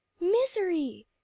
Misery